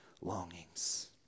longings